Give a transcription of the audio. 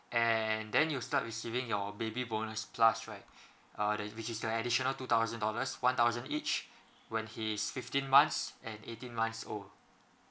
and then you start receiving your baby bonus plus right uh that which is the additional two thousand dollars one thousand each when he's fifteen months and eighteen months old